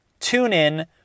TuneIn